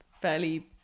fairly